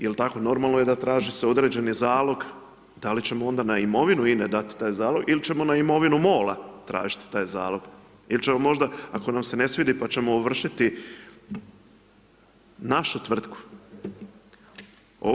Jel tako, normalno je da traži se određeni zalog, da li ćemo onda na imovinu INE dati taj zalog ili ćemo na imovinu MOL-a tražiti taj zalog, ili ćemo možda ako nam se ne svidi pa ćemo ovršiti našu tvrtku.